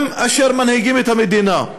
הם אשר מנהיגים את המדינה.